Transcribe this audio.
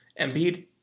Embiid